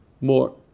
more